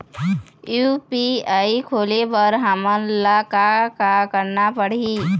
UPI खोले बर हमन ला का का करना पड़ही?